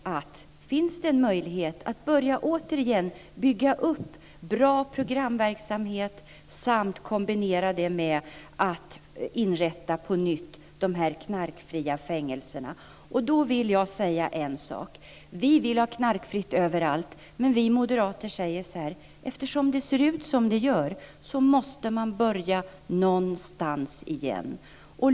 Finns det en möjlighet att återigen börja bygga upp bra programverksamhet och kombinera det med att på nytt inrätta sådana här knarkfria fängelser? Här vill jag säga en sak. Vi vill ha knarkfritt överallt, men vi moderater säger så här: Eftersom det ser ut som det gör måste man börja någonstans.